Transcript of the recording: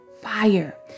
fire